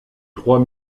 trois